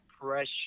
Pressure